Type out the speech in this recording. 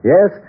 Yes